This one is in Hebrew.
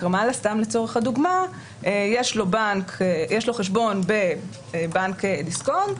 בנק רמאללה לדוגמה יש לו חשבון בבנק דיסקונט